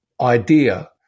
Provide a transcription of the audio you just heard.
idea